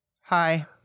hi